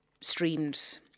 streamed